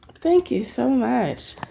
thank you so much.